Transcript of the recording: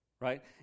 right